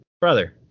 brother